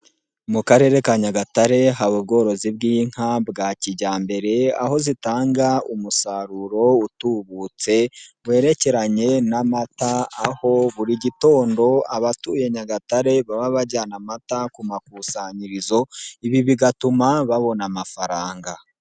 Mu Karere ka Nagatare haba ubworozi bw'inka bwa kijyambere aho zitanga umusaruro utubutse, werekeranye n'amata, aho buri gitondo abatuye Nyagatare baba bajyana amata ku makusanyirizo, ibi bigatuma babona amafaranga.